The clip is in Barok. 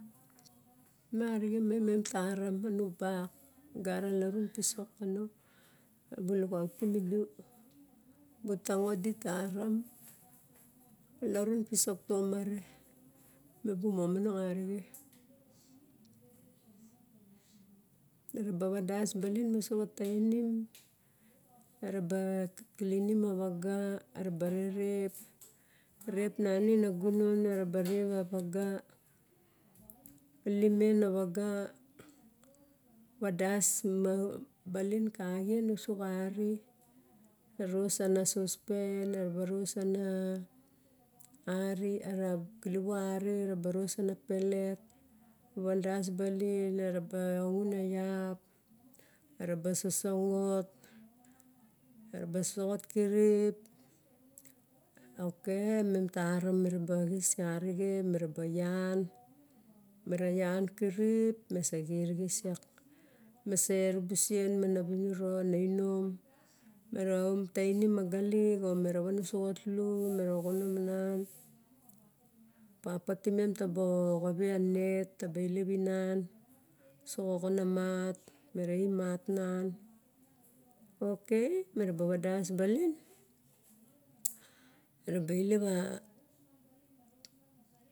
Mem arixen taram anu bak, gara larun pisok kano, ebu luxautik idi, ebu tango di tarain, alarun pisok tomare, mebu momonong arixe. Miraba vadas baling muso xa tainim, eraba klinim a vaga, eraba rerep, rep nangin a gunon, era ba rep avaga, limen a vaga vadas ma balin ka xien uso xari, ros ana sospen, ava ros ana ari, era kilivo ari eraba ros ana pelet van das balin, eraba ongun a iap, eraba sosongot, eraba sosongot kirip. Ok mem taram meraba xis arixen, mera ba ian, me ra ian kirip, me sa xirixis lak, me serubusen mana viniro, na inom, mera om tainim magalik omera van uso xatlu, me ra vati oso xatlu mera oxonom ana, papa timem taba oxave a net taba i lep man so xa oxon namat, mera i mat nan ok me raba vadas balin, mera ba ilep a.